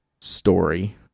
story